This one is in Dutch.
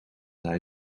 hij